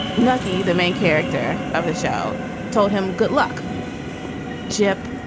nucky. the main character of the show told him good luck gyp.